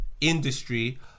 industry